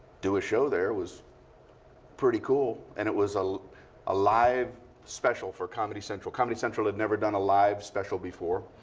do a show there was pretty cool. and it was ah a live special for comedy central. comedy central had never done a live special before.